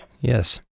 Yes